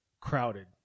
Crowded